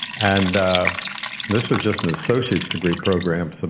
and this was just an associate's degree program,